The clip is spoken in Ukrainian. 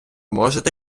можете